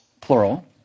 plural